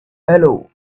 hello